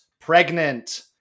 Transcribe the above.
pregnant